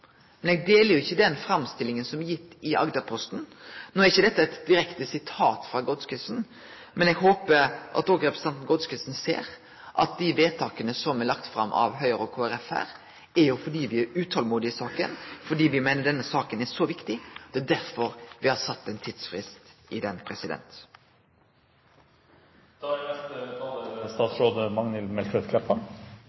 men eg deler ikkje den framstillinga som er gitt i Agderposten. No er ikkje dette eit direkte sitat frå Godskesen, men eg håper at òg representanten Godskesen ser at dei forslaga som er lagde fram av Høgre og Kristeleg Folkeparti her, er lagde fram fordi me er utolmodige, og fordi me meiner denne saka er så viktig. Det er derfor me har sett ein tidsfrist.